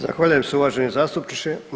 Zahvaljujem se uvaženi zastupniče.